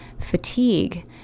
fatigue